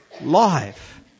Life